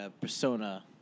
persona